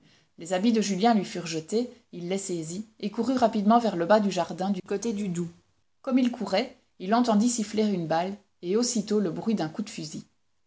les habits de julien lui furent jetés il les saisit et courut rapidement vers le bas du jardin du côté du doubs comme il courait il entendit siffler une balle et aussitôt le bruit d'un coup de fusil